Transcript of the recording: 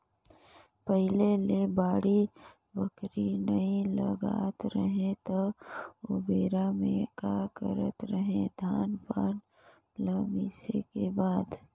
पहिले ले बाड़ी बखरी नइ लगात रहें त ओबेरा में का करत रहें, धान पान ल मिसे के बाद